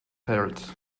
parrots